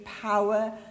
power